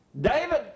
David